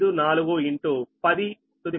85410 12